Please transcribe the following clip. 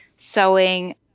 sewing